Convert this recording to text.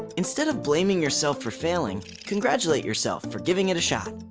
instead of blaming yourself for failing, congratulate yourself for giving it a shot.